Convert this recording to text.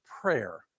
prayer